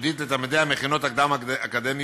ייחודית לתלמידי המכינות הקדם-אקדמיות